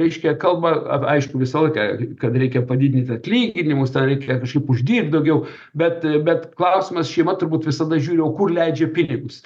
reiškia kalba aišku visą laiką kad reikia padidint atlyginimus ten reikia kažkaip uždirbt daugiau bet bet klausimas šeima turbūt visada žiūri o kur leidžia pinigus